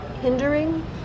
hindering